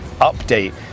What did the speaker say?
update